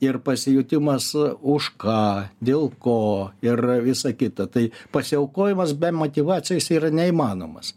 ir pasijutimas už ką dėl ko ir visa kita tai pasiaukojimas be motyvacijos yra neįmanomas